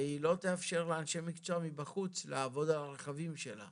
והיא לא תאפשר לאנשי מקצוע מבחוץ לעבוד על הרכבים שלה.